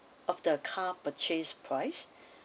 of the car purchase price